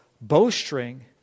bowstring